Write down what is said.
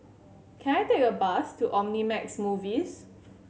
can I take a bus to Omnimax Movies